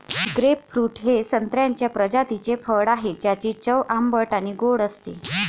grapefruit हे संत्र्याच्या प्रजातीचे फळ आहे, ज्याची चव आंबट आणि गोड असते